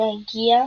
עמה הגיעה